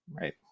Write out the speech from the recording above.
right